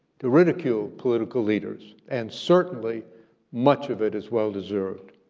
to ridicule political leaders, and certainly much of it is well deserved,